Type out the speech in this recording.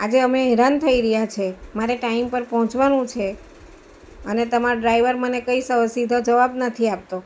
આજે અમે હેરાન થઈ રહ્યા છે મારે ટાઈમ પર પહોંચવાનું છે અને તમાર ડ્રાઈવર મને કંઈ સીધો જવાબ નથી આપતો